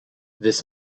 this